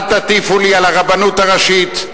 אל תטיפו לי על הרבנות הראשית.